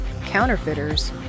counterfeiters